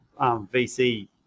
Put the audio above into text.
VC